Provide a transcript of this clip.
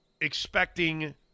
expecting